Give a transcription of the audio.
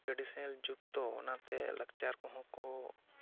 traditional ᱡᱩᱜᱽ ᱫᱚ ᱚᱱᱟ ᱛᱮ ᱞᱟᱠᱪᱟᱨ ᱠᱚᱦᱚᱸ ᱠᱚ